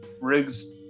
rigs